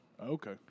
Okay